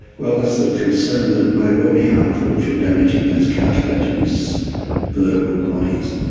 well, that's the concern that it may well be harmful if you are damaging those cartilaginous vertebral bodies.